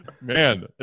Man